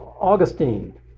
Augustine